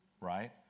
right